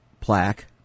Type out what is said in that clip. plaque